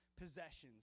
possessions